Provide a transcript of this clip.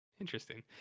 interesting